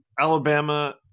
Alabama